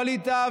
ווליד טאהא,